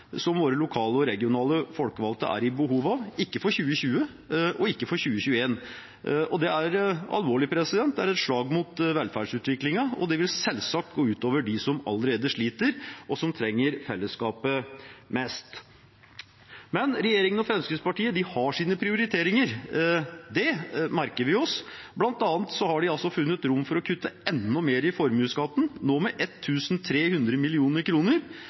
som våre lokale og regionale folkevalgte er i behov av – ikke for 2020 og ikke for 2021. Det er alvorlig, det er et slag mot velferdsutviklingen, og det vil selvsagt gå ut over dem som allerede sliter, og som trenger fellesskapet mest. Men regjeringen og Fremskrittspartiet har sine prioriteringer – det merker vi oss. Blant annet har de altså funnet rom for å kutte enda mer i formuesskatten, nå med